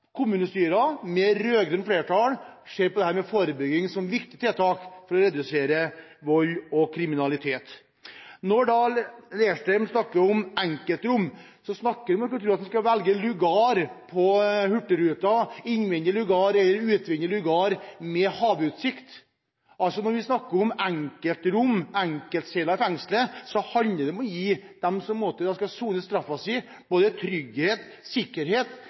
med rød-grønt flertall ser på forebygging som et viktig tiltak for å redusere vold og kriminalitet. Når Leirstein snakker om enkeltrom, snakker han som om en var på hurtigruta og skulle velge mellom innvendig lugar og utvendig lugar med havutsikt. Når vi snakker om enkeltrom, enkeltceller, i fengslet, handler det om å gi dem som skal sone straffen sin, både trygghet og sikkerhet.